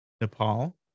Nepal